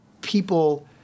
people